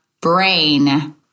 brain